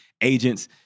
agents